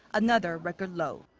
another record low.